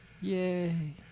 Yay